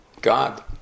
God